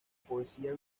poesía